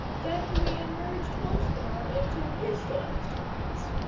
then we emerged once more into historic times,